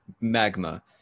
magma